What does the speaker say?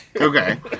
Okay